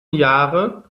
jahre